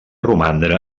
romandre